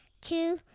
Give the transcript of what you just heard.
two